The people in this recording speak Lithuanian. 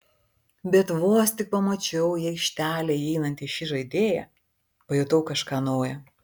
bet vos tik pamačiau į aikštelę įeinantį šį žaidėją pajutau kažką nauja